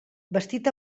vestit